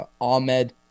Ahmed